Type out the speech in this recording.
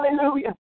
hallelujah